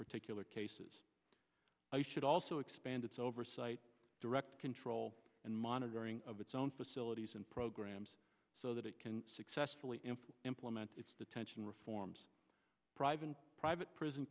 particular cases i should also expand its oversight direct control and monitoring of its own facilities and programs so that it can successfully in full implement its detention reforms private private prison